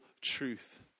truth